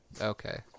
Okay